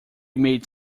made